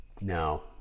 No